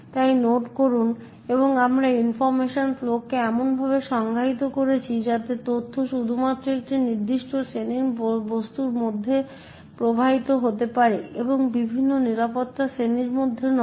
তাই নোট করুন এবং আমরা ইনফরমেশন ফ্লো কে এমনভাবে সংজ্ঞায়িত করছি যাতে তথ্য শুধুমাত্র একটি নির্দিষ্ট শ্রেণির বস্তুর মধ্যে প্রবাহিত হতে পারে এবং বিভিন্ন নিরাপত্তা শ্রেণির মধ্যে নয়